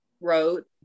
wrote